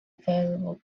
valuable